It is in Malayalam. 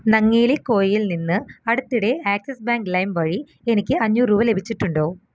നങ്ങേലി കോയയിൽ നിന്ന് അടുത്തിടെ ആക്സിസ് ബാങ്ക് ലൈം വഴി എനിക്ക് അഞ്ഞൂറ് രൂപ ലഭിച്ചിട്ടുണ്ടോ